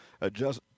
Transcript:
adjust